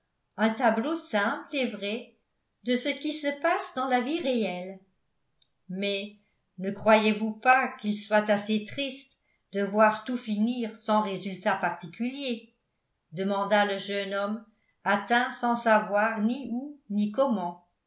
un tableau simple et vrai de ce qui se passe dans la vie réelle mais ne croyez-vous pas qu'il soit assez triste de voir tout finir sans résultat particulier demanda le jeune homme atteint sans savoir ni où ni comment